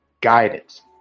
guidance